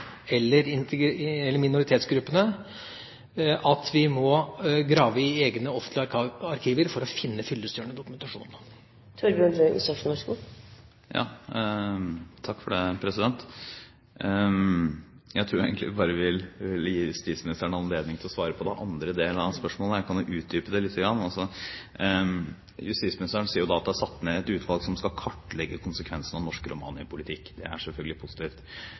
eller minoritetsgruppene, at vi må grave i egne offentlige arkiver for å finne fyllestgjørende dokumentasjon. Jeg tror jeg egentlig bare vil gi justisministeren anledning til å svare på den andre delen av spørsmålet. Jeg kan utdype det litt. Justisministeren sier at det er satt ned et utvalg som skal kartlegge konsekvensene av norsk romanipolitikk. Det er selvfølgelig positivt.